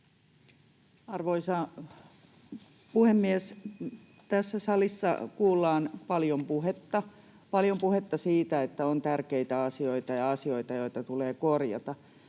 Arvoisa puhemies! Tässä salissa kuullaan paljon puhetta, paljon puhetta siitä, että on tärkeitä asioita ja asioita, joita tulee korjata.